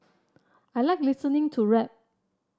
I like listening to rap